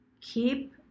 keep